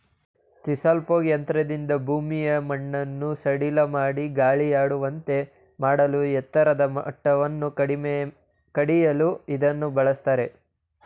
chisel plough ಯಂತ್ರದಿಂದ ಭೂಮಿಯ ಮಣ್ಣನ್ನು ಸಡಿಲಮಾಡಿ ಗಾಳಿಯಾಡುವಂತೆ ಮಾಡಲೂ ಎತ್ತರದ ಮಟ್ಟವನ್ನು ಕಡಿಯಲು ಇದನ್ನು ಬಳ್ಸತ್ತರೆ